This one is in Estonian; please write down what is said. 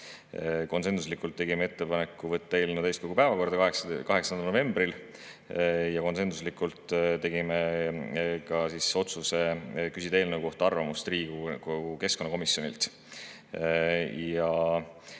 Konsensuslikult tegime ettepaneku võtta eelnõu täiskogu päevakorda 8. novembril ja konsensuslikult tegime ka otsuse küsida eelnõu kohta arvamust Riigikogu keskkonnakomisjonilt.